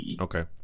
okay